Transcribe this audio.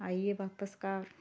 आई गे बापस घर